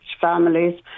families